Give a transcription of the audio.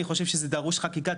אני חושב שזה דרוש חקיקה,